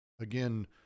Again